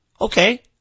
Okay